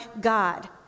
God